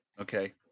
Okay